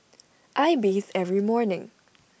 I bathe every morning